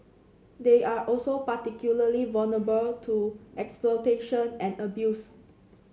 they are also particularly vulnerable to exploitation and abuse